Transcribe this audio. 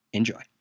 Enjoy